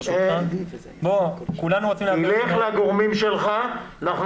ברשותך --- לך לגורמים שלך ודבר איתם,